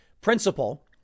principle